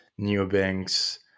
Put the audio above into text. neobanks